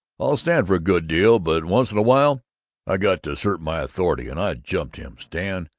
i'll stand for a good deal, but once in a while i got to assert my authority, and i jumped him. stan,